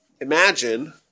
imagine